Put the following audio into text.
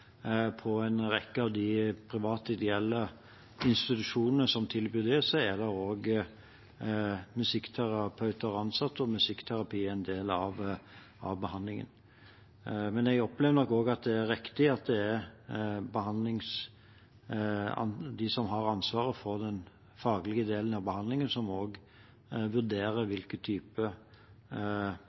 på å fremme musikkterapi for den gruppen pasienter som representanten var opptatt av. Jeg opplever også at innen behandlingstilbudet til rusavhengige i spesialisert tverrfaglig rusbehandling – ved en rekke av de private/ideelle institusjonene som tilbyr det – er musikkterapeuter ansatt, og musikkterapi er en del av behandlingen. Men jeg opplever nok at det er riktig at det er de som har ansvaret for den faglige delen